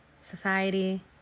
Society